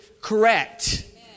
correct